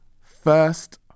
first